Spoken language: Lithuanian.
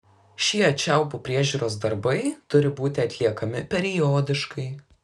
šie čiaupų priežiūros darbai turi būti atliekami periodiškai